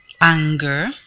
anger